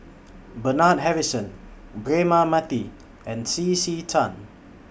Bernard Harrison Braema Mathi and C C Tan